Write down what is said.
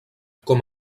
com